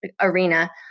arena